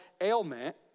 ailment